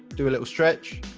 do a little stretch,